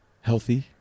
Healthy